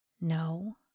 No